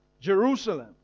Jerusalem